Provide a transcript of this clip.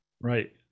Right